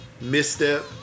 misstep